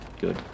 good